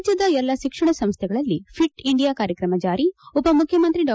ರಾಜ್ಯದ ಎಲ್ಲ ಶಿಕ್ಷಣ ಸಂಸ್ಥೆಗಳಲ್ಲಿ ಫಿಟ್ ಇಂಡಿಯಾ ಕಾರ್ಯಕ್ರಮ ಜಾರಿ ಉಪಮುಖ್ಯಮಂತ್ರಿ ಡಾ